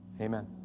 Amen